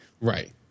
Right